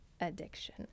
addiction